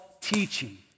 teaching